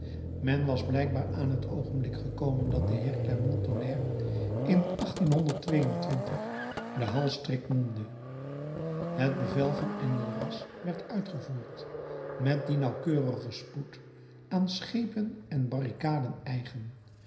men was blijkbaar aan het oogenblik gekomen dat de heer de clermont-tonnerre in den halsstrik noemde het bevel van enjolras werd uitgevoerd met dien nauwkeurigen spoed aan schepen en barricaden eigen